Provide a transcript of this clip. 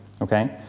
okay